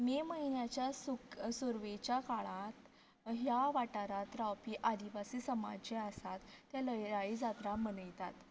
में म्हयन्याच्या सुक सुरवेच्या काळात ह्या वाठारांत रावपी आदिवासी समाज जे आसात ते लयराई जात्रा मनयतात